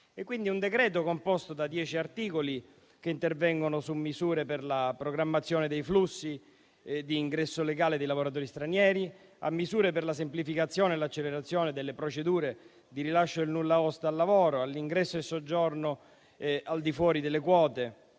un decreto composto da dieci articoli, che intervengono su misure per la programmazione dei flussi d'ingresso legale dei lavoratori stranieri, per la semplificazione e l'accelerazione delle procedure di rilascio del nulla osta al lavoro. Il decreto interviene altresì su ingresso e soggiorno al di fuori delle quote.